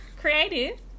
creative